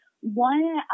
one